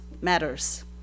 matters